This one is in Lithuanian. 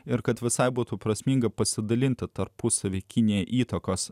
ir kad visai būtų prasminga pasidalinti tarpusavyje kinija įtakos